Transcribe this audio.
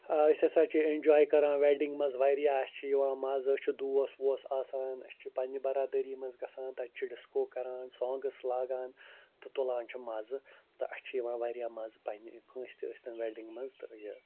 آ أسۍ ہسا چھِ اٮ۪نجاے کَران وٮ۪ڈِنٛگ منٛز واریاہ اَسہِ چھِ یِوان مَزٕ أسۍ چھِ دوس ووس آسان اَسہِ چھِ پَنٛنہِ برادٔری منٛز گژھان تَتہِ چھِ ڈِسکو کَران سونٛگٕس لاگان تہٕ تُلان چھِ مَزٕ تہٕ اَسہِ چھِ یِوان واریاہ مَزٕ پنٛنہِ کٲنٛسہِ تہِ ٲسۍ تَن وٮ۪ڈِنٛگ منٛز تہٕ یہِ